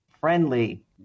friendly